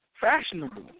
fashionable